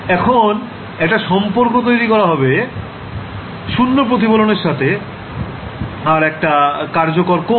এখন একটা সম্পর্ক তৈরি করা হবে 0 প্রতিফলন এর সাথে আর একটা কার্যকর কোণ